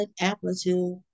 amplitude